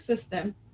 system